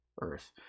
earth